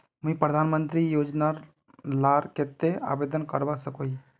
मुई प्रधानमंत्री योजना लार केते आवेदन करवा सकोहो ही?